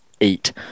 eight